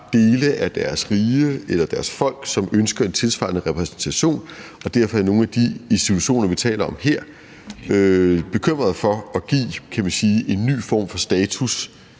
dele af deres rige eller deres folk, som ønsker en tilsvarende repræsentation. Derfor er nogle af de institutioner, vi taler om her – kan man sige – bekymrede for at give en ny form for status